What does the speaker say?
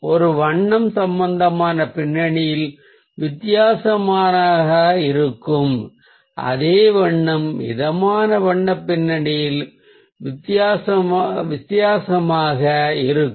ஒரு வண்ணம் சாந்தமான பின்னணியில் வித்தியாசமாக இருக்கும் அதே வண்ணம் மிதமான வண்ண பின்னணியில் வித்தியாசமாக இருக்கும்